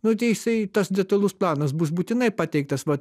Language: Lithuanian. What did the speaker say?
nu tai jisai tas detalus planas bus būtinai pateiktas vat